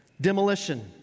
Demolition